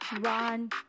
one